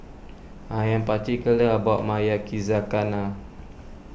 I am particular about my Yakizakana